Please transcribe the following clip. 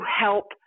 help